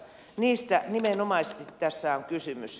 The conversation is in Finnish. niistä nimenomaisesti tässä on kysymys